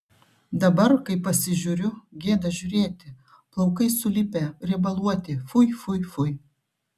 dabar kai pasižiūriu gėda žiūrėti plaukai sulipę riebaluoti fui fui fui